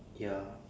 ya